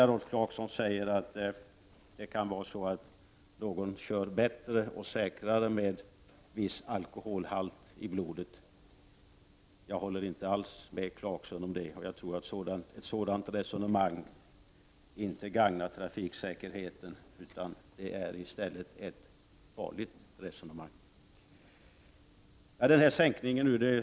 Rolf Clarkson sade här att det kan vara så att någon kör bättre och säkrare med viss alkoholhalt i blodet. Jag håller inte alls med om det. Jag tror att ett sådant resonemang inte gagnar trafiksäkerheten utan att det i stället är farligt att resonera på det sättet.